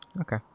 Okay